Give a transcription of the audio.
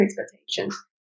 expectations